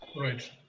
Right